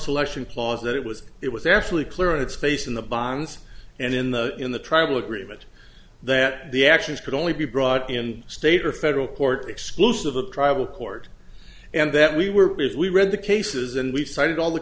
selection clause that it was it was actually clear on its face in the bonds and in the in the tribal agreement that the actions could only be brought in state or federal court exclusive of tribal court and that we were if we read the cases and we cited all the